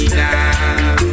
now